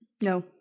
No